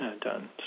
done